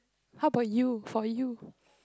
how about you for you